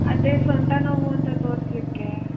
ಅದೇ ಸೊಂಟ ನೋವು ಅಂತ ತೋರಿಸ್ಲಿಕ್ಕೆ